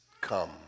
come